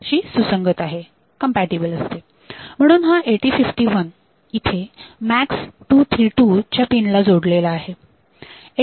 म्हणून हा 8051 इथे MAX232 च्या पिन ला जोडलेला आहे